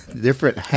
different